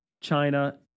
China